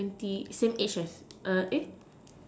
twenty same age as eh